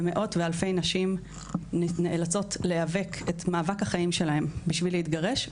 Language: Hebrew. ומאות ואלפי נשים נאלצות להיאבק את מאבק החיים שלהן בשביל להתגרש,